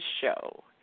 show